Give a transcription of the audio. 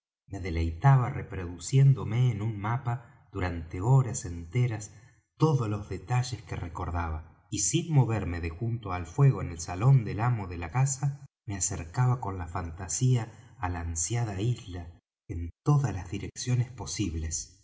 me deleitaba reproduciéndome en un mapa durante horas enteras todos los detalles que recordaba y sin moverme de junto al fuego en el salón del amo de la casa me acercaba con la fantasía á la ansiada isla en todas las direcciones posibles